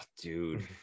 dude